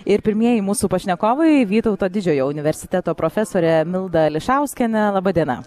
ir pirmieji mūsų pašnekovai vytauto didžiojo universiteto profesorė milda ališauskienė laba diena